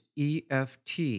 EFT